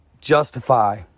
justify